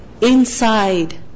inside